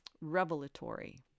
revelatory